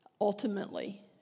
ultimately